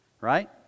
Right